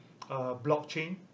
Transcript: blockchain